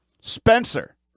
Spencer